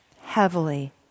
heavily